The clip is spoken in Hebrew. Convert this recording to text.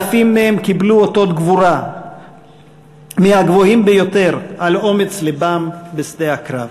אלפים מהם קיבלו אותות גבורה מהגבוהים ביותר על אומץ לבם בשדה הקרב.